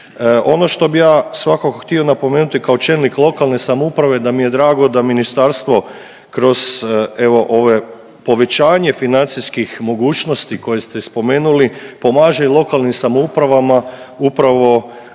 Ono što bi ja svakako htio napomenuti kao čelnik lokalne samouprave da mi je drago da ministarstvo kroz evo ove povećanje financijskih mogućnosti koje ste spomenuli pomaže i lokalnim samoupravama upravo